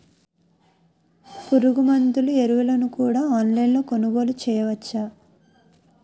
పురుగుమందులు ఎరువులను కూడా ఆన్లైన్ లొ కొనుగోలు చేయవచ్చా?